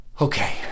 Okay